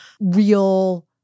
real